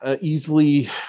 easily